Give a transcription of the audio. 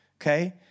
okay